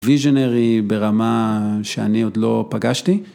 ויז'ינרי ברמה שאני עוד לא פגשתי.